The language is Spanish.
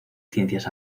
ciencias